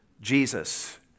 Jesus